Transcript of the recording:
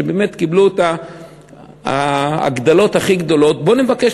שבאמת קיבלו את ההגדלות הכי גדולות בואו נבקש